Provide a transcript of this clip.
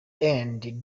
end